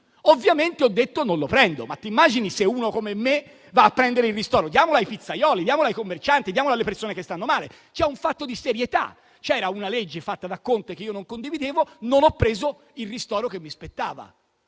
ovviamente ho detto: "non lo prendo". Vi sembra immaginabile che uno come me prenda il ristoro? Diamolo ai pizzaioli, ai commercianti, alle persone che stanno male; è un fatto di serietà. C'era una legge fatta da Conte che io non condividevo e non ho preso il ristoro che mi spettava.